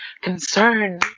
concern